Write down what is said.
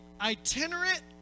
itinerant